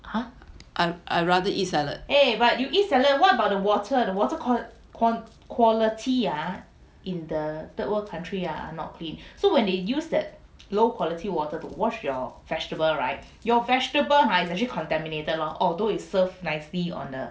I I'd rather eat salad